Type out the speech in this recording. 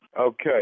Okay